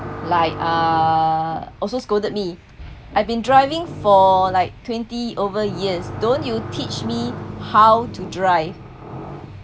like uh also scolded me I've been driving for like twenty over years don't you teach me how to drive